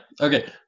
okay